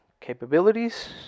capabilities